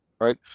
Right